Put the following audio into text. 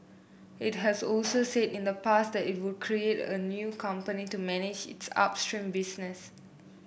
it has also said in the past that it would create a new company to manage its upstream business